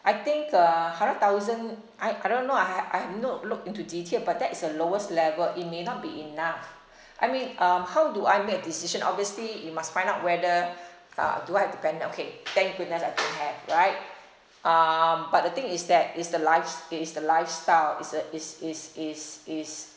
I think uh hundred thousand I I don't know ah I ha~ I have not look into detail but that is the lowest level it may not be enough I mean um how do I make decision obviously you must find out whether uh do I have dependant okay thank goodness I don't have right um but the thing is that is the lifes~ it is the lifestyle is a is is is is